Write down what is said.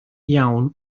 iawn